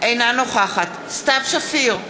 אינה נוכחת סתיו שפיר,